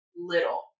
little